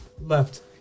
left